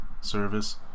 service